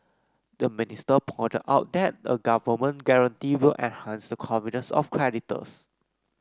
the minister pointed out that a government guarantee will enhance the confidence of creditors